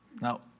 Now